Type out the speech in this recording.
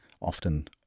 often